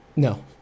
No